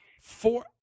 Four